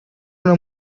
una